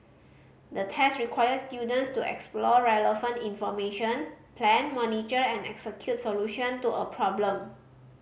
the test required students to explore relevant information plan monitor and execute solution to a problem